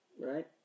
right